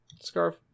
scarf